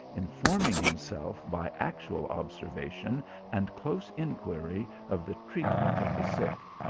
informing himself by actual observation and close inquiry of the treatment of the sick,